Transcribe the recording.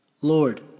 Lord